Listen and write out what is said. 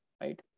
Right